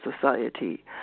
society